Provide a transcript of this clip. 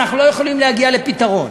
אנחנו לא יכולים להגיע לפתרון.